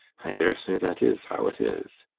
i daresay that is how it is.